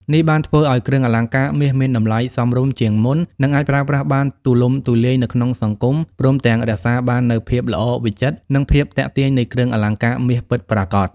នេះបានធ្វើឱ្យគ្រឿងអលង្ការមាសមានតម្លៃសមរម្យជាងមុន និងអាចប្រើប្រាស់បានទូលំទូលាយនៅក្នុងសង្គម ព្រមទាំងរក្សាបាននូវភាពល្អវិចិត្រ និងភាពទាក់ទាញនៃគ្រឿងអលង្ការមាសពិតប្រាកដ។